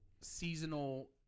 seasonal